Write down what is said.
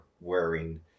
wearing